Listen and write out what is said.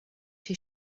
his